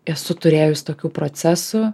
esu turėjus tokių procesų